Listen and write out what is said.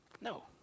No